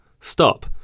stop